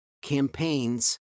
campaigns